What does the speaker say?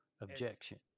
objection